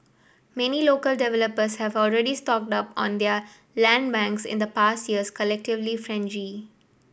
many local developers have already stocked up on their land banks in the past year's collective frenzy